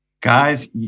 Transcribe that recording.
Guys